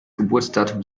geburtsdatum